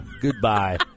Goodbye